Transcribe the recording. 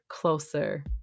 closer